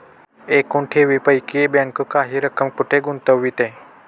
एकूण ठेवींपैकी बँक काही रक्कम कुठे गुंतविते?